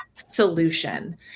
solution